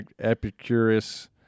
Epicurus